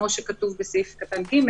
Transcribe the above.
כמו שכתוב בסעיף (ג),